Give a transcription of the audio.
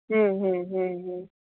ହୁଁ ହୁଁ ହୁଁ ହୁଁ